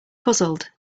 puzzled